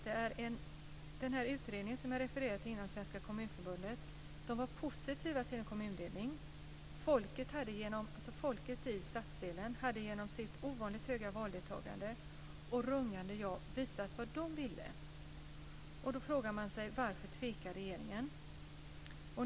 Den utredning som jag refererade till inom Svenska Kommunförbundet var positiv till en kommundelning. Folket i stadsdelen hade genom sitt ovanligt höga valdeltagande och rungande ja visat vad de ville, och då frågar man sig: Varför tvekar regeringen?